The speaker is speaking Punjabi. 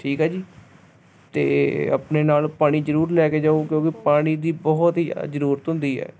ਠੀਕ ਹੈ ਜੀ ਅਤੇ ਆਪਣੇ ਨਾਲ ਪਾਣੀ ਜ਼ਰੂਰ ਲੈ ਕੇ ਜਾਓ ਕਿਉਂਕਿ ਪਾਣੀ ਦੀ ਬਹੁਤ ਹੀ ਅ ਜ਼ਰੂਰਤ ਹੁੰਦੀ ਹੈ